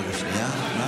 שנייה.